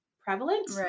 prevalent